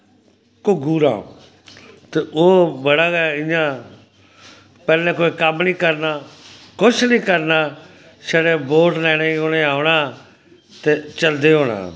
घुग्गू राम ते ओह् बड़ा गै इयां पैह्लैं कोई कम्म नी करना कुछ नी करना छड़े बोट लैने ई उनै औंना ते चलदे होना